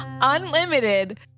unlimited